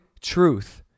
truth